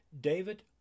David